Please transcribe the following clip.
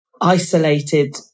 isolated